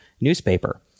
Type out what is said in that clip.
newspaper